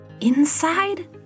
inside